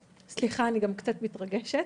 סליחה, אני גם קצת מתרגשת.